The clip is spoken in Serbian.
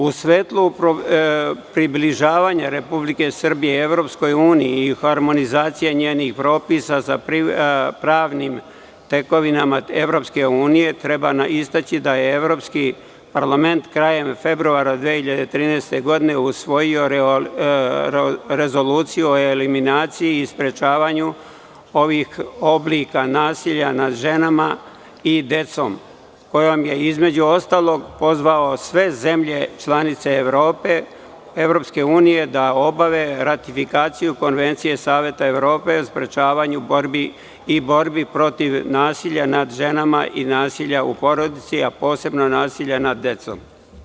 U svetlu približavanja Republike Srbije EU i harmonizacije njenih propisa sa pravnim tekovinama EU treba istaći da je Evropski parlament, krajem februara 2013. godine, usvojio Rezoluciju o eliminaciji i sprečavanju ovih oblika nasilja nad ženama i decom, kojom je pozvao sve zemlje članice EU da obave ratifikaciju Konvencije Saveta Evrope o sprečavanju i borbi protiv nasilja nad ženama i nasilja u porodici, a posebno nasilja nad decom.